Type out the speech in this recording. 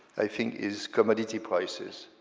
i think, is commodity prices,